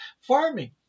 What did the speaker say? farming